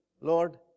Lord